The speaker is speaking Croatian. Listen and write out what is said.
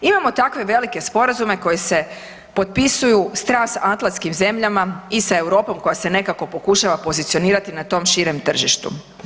Imamo takve velike sporazume koji se potpisuju s transatlantskim zemljama i sa Europom, koja se nekako pokušava pozicionirati na tom širem tržištu.